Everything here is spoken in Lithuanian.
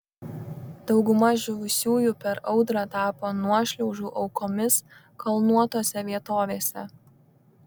dauguma žuvusiųjų per audrą tapo nuošliaužų aukomis kalnuotose vietovėse